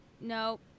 No